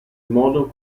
modo